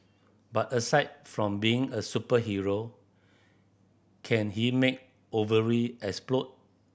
but aside from being a superhero can he make ovary explode